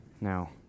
Now